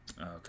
Okay